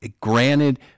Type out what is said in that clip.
Granted